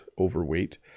overweight